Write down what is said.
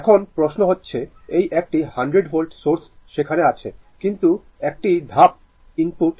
এখন প্রশ্ন হচ্ছে এই একটি 100 ভোল্ট সোর্স সেখানে আছে কিন্তু একটি ধাপ ইনপুট এখানে আছে যেটা 15 u ভোল্ট